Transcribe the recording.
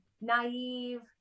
naive